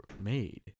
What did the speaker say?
made